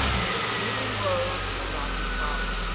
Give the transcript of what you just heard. the hidden rows will not be copied.